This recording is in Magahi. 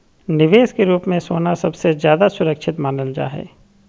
निवेश के रूप मे सोना सबसे ज्यादा सुरक्षित मानल जा हय